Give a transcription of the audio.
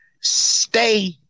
stay